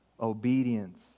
Obedience